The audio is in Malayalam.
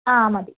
ആ മതി